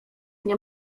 nie